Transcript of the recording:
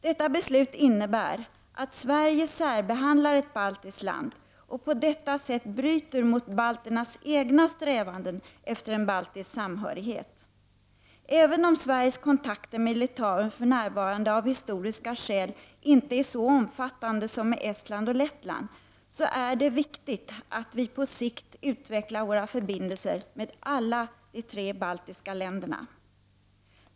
Detta beslut innebär att Sverige särbehandlar ett baltiskt land och på detta sätt bryter mot balternas egna strävanden efter en baltisk samhörighet. Även om Sveriges kontakter med Litauen för närvarande av historiska skäl inte är så omfattande som med Estland och Lettland, är det viktigt att vi på sikt utvecklar våra förbindelser med alla de tre baltiska länderna.